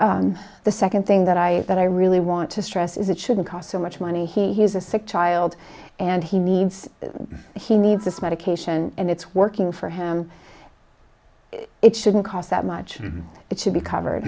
the second thing that i that i really want to stress is it shouldn't cost so much money he's a sick child and he needs he needs this medication and it's working for him it shouldn't cost that much and it should be covered